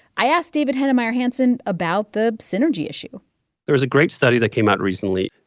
i asked david heinemeier hansson about the synergy issue there is great study that came out recently.